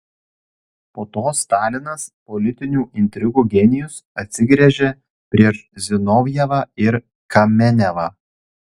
po to stalinas politinių intrigų genijus atsigręžė prieš zinovjevą ir kamenevą